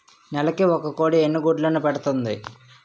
నెలకి ఒక కోడి ఎన్ని గుడ్లను పెడుతుంది?